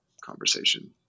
conversation